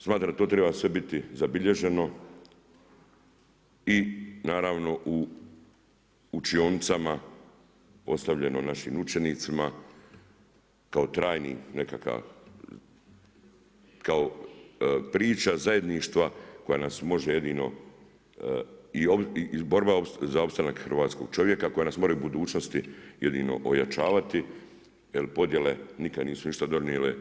Smatram da to sve treba biti zabilježeno i naravno u učionicama ostavljeno našim učenicima kao trajni nekakav, kao priča zajedništva koja nas može jedino i borba za opstanak hrvatskog čovjeka koja nas more u budućnosti jedino ojačavati jer podjele nikad nisu ništa donijele.